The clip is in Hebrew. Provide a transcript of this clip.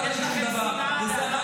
אין לך שום השפעה.